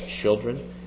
children